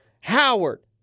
Howard